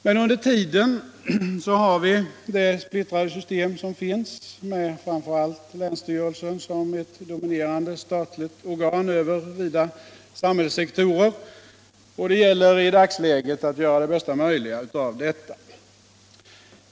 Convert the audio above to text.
Men under tiden har vi det splittrade system som finns med framför allt länsstyrelsen som ett dominerande statligt organ över vida samhällssektorer, och det gäller i dagsläget att göra det bästa möjliga av detta.